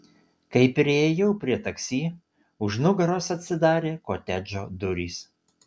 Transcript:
kai priėjau prie taksi už nugaros atsidarė kotedžo durys